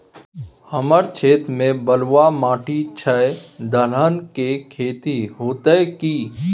हमर क्षेत्र में बलुआ माटी छै, दलहन के खेती होतै कि?